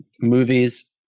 movies